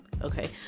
okay